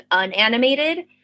unanimated